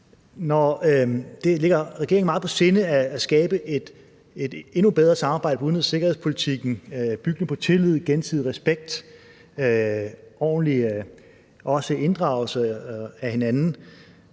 at det ligger regeringen meget på sinde at skabe et endnu bedre samarbejde om udenrigs- og sikkerhedspolitikken, som bygger på tillid, gensidig respekt og en ordentlig inddragelse af hinanden.